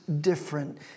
different